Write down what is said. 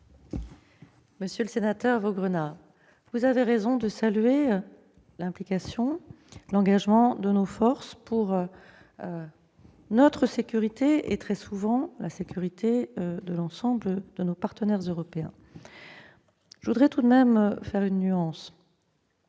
Monsieur le sénateur, vous avez raison de saluer l'implication et l'engagement de nos forces pour notre sécurité et, très souvent, la sécurité de l'ensemble de nos partenaires européens. Permettez-moi tout de même de nuancer